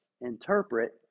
interpret